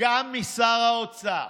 גם משר האוצר.